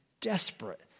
desperate